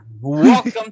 welcome